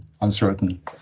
uncertain